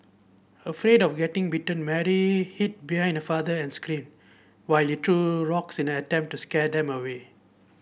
afraid of getting bitten Mary hid behind her father and screamed while threw rocks in an attempt to scare them away